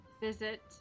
visit